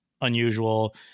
unusual